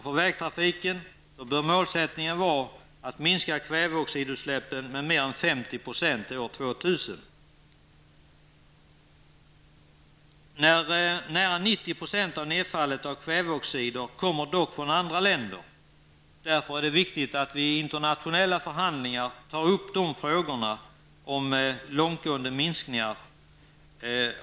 För vägtrafiken bör målsättningen vara att minska kväveoxidutsläppen med mer än 50 % till år 2000. Nära 90 % av nedfallet av kväveoxider kommer dock från andra länder. Därför är det viktigt att vi i internationella förhandlingar tar upp frågor om långtgående minskningar.